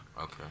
Okay